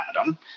Adam—